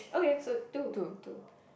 okay so two two